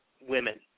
women